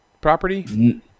property